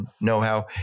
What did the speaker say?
know-how